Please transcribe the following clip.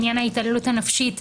בעניין ההתעללות הנפשית,